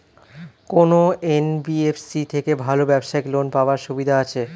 কোন এন.বি.এফ.সি থেকে ভালো ব্যবসায়িক লোন পাওয়ার সুবিধা আছে?